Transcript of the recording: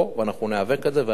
אנחנו ניאבק על זה ואנחנו נגדיל.